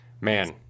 man